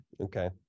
Okay